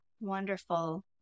Wonderful